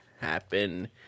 happen